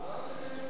בוועדה.